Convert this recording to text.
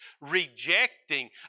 rejecting